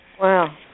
Wow